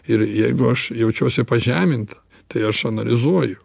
ir jeigu aš jaučiuosi pažeminta tai aš analizuoju